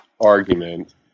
argument